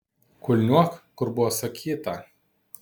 kulniuok kur buvo sakyta